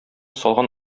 салган